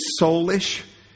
soulish